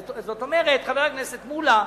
זאת אומרת, חבר הכנסת מולה,